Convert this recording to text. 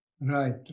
Right